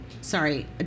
Sorry